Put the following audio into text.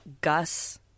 Gus